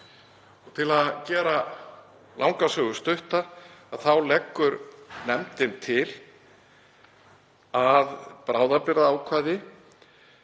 Til að gera langa sögu stutta leggur nefndin til bráðabirgðaákvæði,